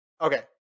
Okay